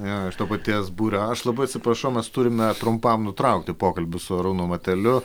jo iš to paties būrio aš labai atsiprašau mes turime trumpam nutraukti pokalbius su arūnu mateliu